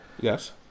Yes